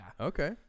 okay